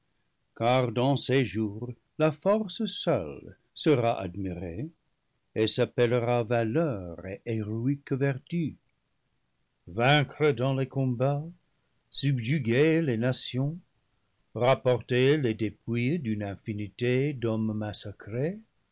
car dans ces jours la force seule sera admirée et s'appellera valeur et héroïque vertu vaincre dans les combats subjuguer les na tions rapporter les dépouilles d'une infinité d'hommes